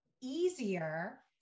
easier